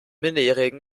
minderjährigen